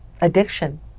addiction